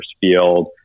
field